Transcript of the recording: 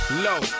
low